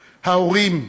ההורים,